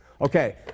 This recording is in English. Okay